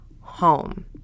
home